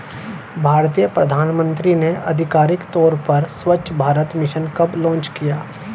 भारतीय प्रधानमंत्री ने आधिकारिक तौर पर स्वच्छ भारत मिशन कब लॉन्च किया?